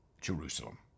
Jerusalem